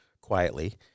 Quietly